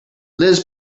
liz